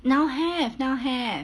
now have now have